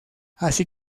así